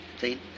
See